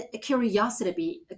curiosity